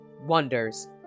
Wonders